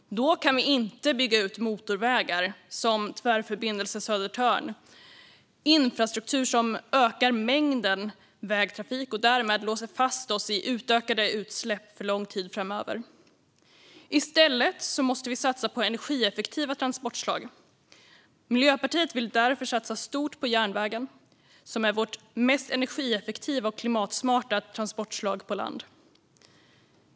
Då kan vi inte bygga ut motorvägar som Tvärförbindelse Södertörn eller infrastruktur som ökar mängden vägtrafik och därmed låser fast oss i utökade utsläpp för lång tid framöver. Vi måste i stället satsa på energieffektiva transportslag. Miljöpartiet vill därför satsa stort på järnvägen, som är vårt mest energieffektiva och klimatsmarta transportslag på land.